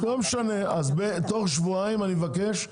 לא משנה, תוך שבועיים, אני מבקש,